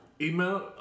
Email